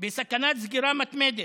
סכנת סגירה מתמדת.